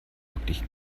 wirklich